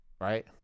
right